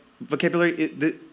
vocabulary